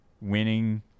winning